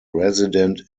resident